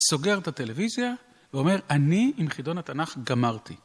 סוגר את הטלוויזיה ואומר, אני עם חידון התנ״ך גמרתי.